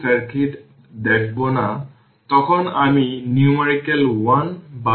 resistor এ dissipated power হলvt vt iR